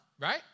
right